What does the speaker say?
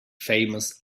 famous